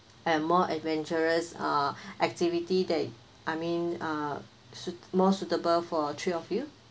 and more adventurous uh activity that I mean ah suit~ more suitable for three of you